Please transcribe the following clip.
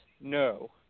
no